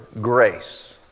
grace